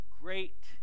great